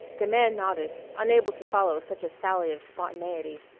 the man nodded, unable to follow such a sally of spontaneity.